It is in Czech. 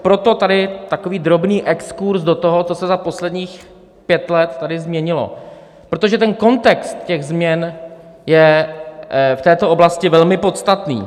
Proto tady takový drobný exkurz do toho, co se za posledních pět let tady změnilo, protože ten kontext změn je v této oblasti velmi podstatný.